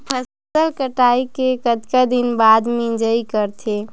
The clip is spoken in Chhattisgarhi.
फसल कटाई के कतका दिन बाद मिजाई करथे?